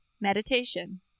Meditation